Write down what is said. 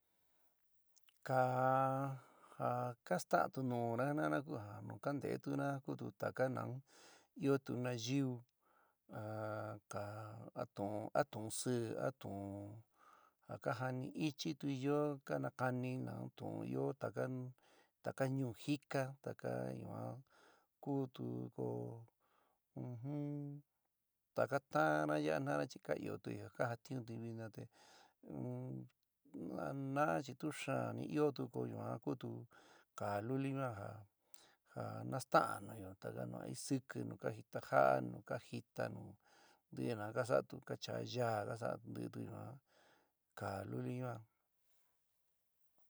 Kaá jaa ka sta'antu nuna jina'ana ku ja kante'étuna kutu taka nau ɨótu nayíu a ka a tu'ún a tu'ún sɨɨ a tu'ún ja ka jani ichiítui yo ka nakani nu tuún ɨó ta ka taka ñuú jika taka ñua kutu koó taka ta'anna ya jina'ana chi ka ɨó te kajatiúntuí vina te ñuan anaá chi tu xaán ni ɨótu yuan kutu kaá luli ñuan ja ja nasta'an taka nu asiki nu ka jitaja'a nu ka jita nu ntɨi nu ka sa'atu ka chaá yaa ka sa'á ntɨitu yuan kaá luli yuan.